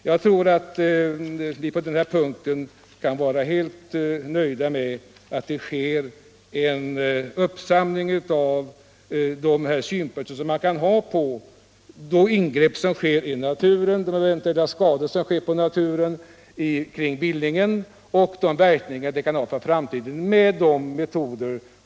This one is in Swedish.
Jag tror att vi på den här punkten kan vara helt nöjda med att det — med de metoder vi har att tillgå i det här landet — sker en uppsamling av de synpunkter som kan finnas på de ingrepp som görs i naturen, de eventuella skador som inträffar när det gäller naturen kring Billingen och verkningarna för framtiden.